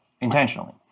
intentionally